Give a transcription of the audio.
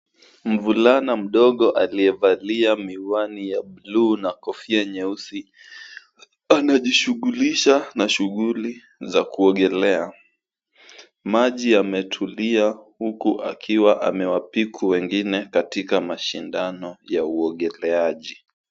Mvulana mdogo aliyevalia miwani ya buluu na kofia nyeusi anajishughulisha na shughuli za kuogelea. Maji yametulia huku akiwa amewapiku wengine katika mashindano ya uogeleaji.